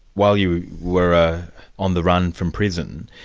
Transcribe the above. while you were ah on the run from prison,